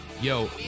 Yo